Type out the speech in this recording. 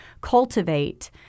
cultivate